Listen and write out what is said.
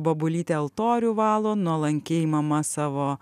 bobulytė altorių valo nuolankiai mama savo